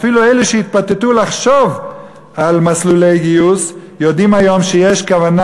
אפילו אלו שהתפתו לחשוב על מסלולי גיוס יודעים שיש כוונה